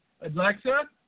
Alexa